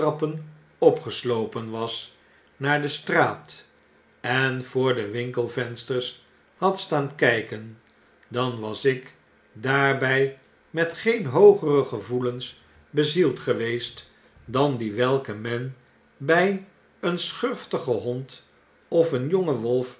opgeslopen was naar de straat en voor de winkelvensters had staan kyken dan was ik daarby met geen hoogere gevoelens bezield geweest dan die welke men by een schurftigen hond of een jongen wolf